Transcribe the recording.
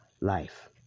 life